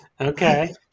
Okay